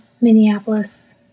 Minneapolis